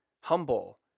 humble